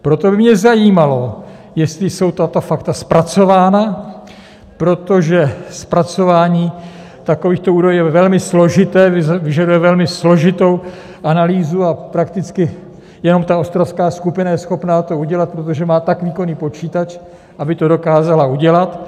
Proto by mě zajímalo, jestli jsou tato fakta zpracována, protože zpracování takovýchto údajů je velmi složité, vyžaduje velmi složitou analýzu a prakticky jenom ta ostravská skupina je schopna to udělat, protože má tak výkonný počítač, aby to dokázala udělat.